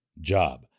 job